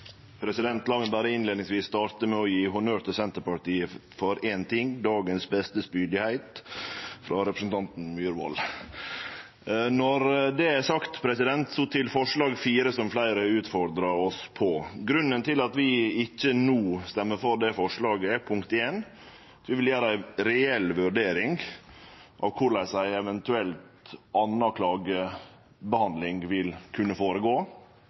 minutt. La meg innleiingsvis starte med å gje honnør til Senterpartiet for éin ting: Dagens beste spydigheit kom frå representanten Myhrvold. Når det er sagt, vil eg til forslag nr. 4, som fleire har utfordra oss på. Grunnen til at vi ikkje stemmer for det forslaget no, er for det første at vi vil gjere ei reell vurdering av korleis ei eventuell anna klagebehandling vil kunne